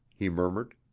he murmured.